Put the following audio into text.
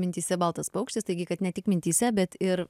mintyse baltas paukštis taigi kad ne tik mintyse bet ir